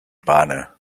banner